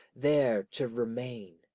there to remain.